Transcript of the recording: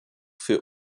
für